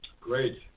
Great